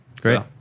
Great